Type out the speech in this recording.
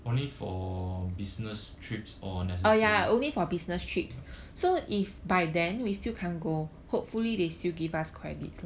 only for business trips or necessary